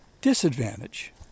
Disadvantage